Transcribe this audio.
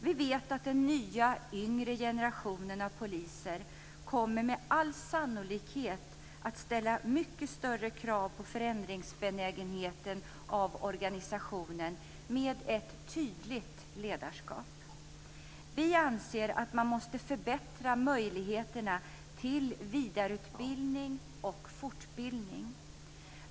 Vi vet att den nya yngre generationen av poliser med all sannolikhet kommer att ställa mycket större krav på benägenheten att förändra organisationen med ett tydligt ledarskap. Vi anser att man måste förbättra möjligheterna till vidareutbildning och fortbildning.